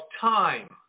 time